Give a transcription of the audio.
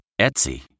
Etsy